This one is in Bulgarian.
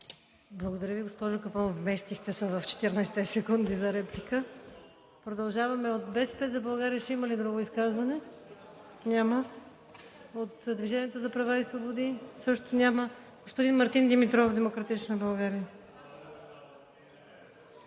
Благодаря Ви, госпожо Капон, вместихте се в 14-те секунди за реплика. Продължаваме. От „БСП за България“ ще има ли друго изказване? Няма. От „Движение за права и свободи“? Няма. Господин Мартин Димитров – „Демократична България“.